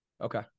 Okay